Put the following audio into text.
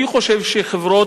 אני חושב שחברות